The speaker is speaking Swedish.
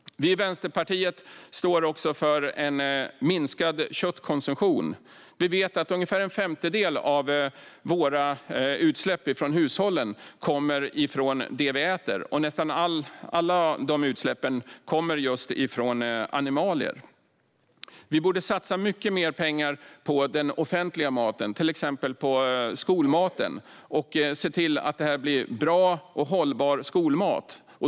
Vi i Vänsterpartiet står också upp för minskad köttkonsumtion. Vi vet att ungefär en femtedel av utsläppen från våra hushåll kommer från det vi äter, och nästan alla de utsläppen kommer från animalier. Vi borde satsa mycket mer pengar på den offentliga maten, till exempel skolmaten, och se till att det blir bra och hållbar mat.